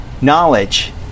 knowledge